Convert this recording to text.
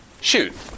Shoot